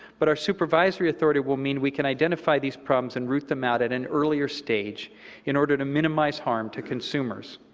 but our supervisory authority will mean we can identify these problems and root them out at an earlier stage in order to minimize harm to consumers.